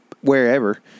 wherever